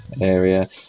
area